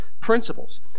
Principles